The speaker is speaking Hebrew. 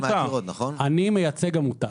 אני מייצג עמותה.